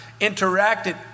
interacted